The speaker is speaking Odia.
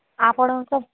ଆପଣଙ୍କ